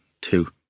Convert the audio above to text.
two